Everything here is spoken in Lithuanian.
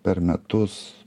per metus